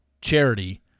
Charity